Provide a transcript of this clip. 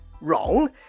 wrong